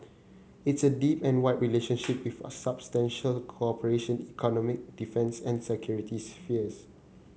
it's a deep and wide relationship with substantial cooperation economy defence and security spheres